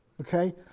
okay